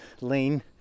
lane